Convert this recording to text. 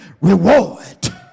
reward